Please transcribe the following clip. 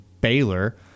Baylor